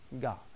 God